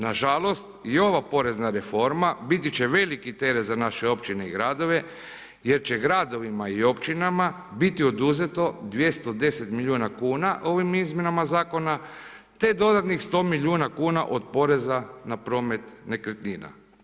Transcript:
Nažalost i ova porezna reforma biti će velike teret za naše općine i gradove jer će gradovima i općinama biti oduzeto 210 milijuna kuna ovim izmjenama zakona te dodatnih 100 milijuna kuna od poreza na promet nekretnina.